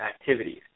activities